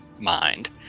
mind